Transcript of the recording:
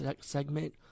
segment